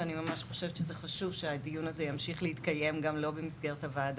ואני ממש חושבת שזה חשוב שהדיון הזה ימשיך להתקיים גם לא במסגרת הוועדה.